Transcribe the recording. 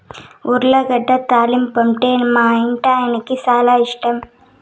ఉర్లగడ్డ తాలింపంటే మా ఇంటాయనకి చాలా ఇష్టం